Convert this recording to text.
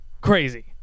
crazy